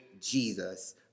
Jesus